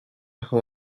who